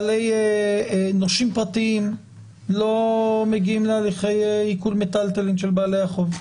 מהנושים הפרטיים לא מגיעים להליכי עיקול מיטלטלין של בעלי החוב.